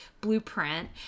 blueprint